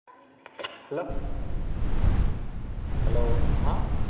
hello hello હા